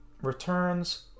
Returns